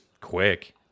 quick